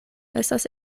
estas